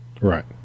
Right